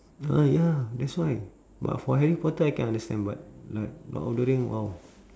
ah ya that's why but for harry potter I can understand but like lord of the ring !wow!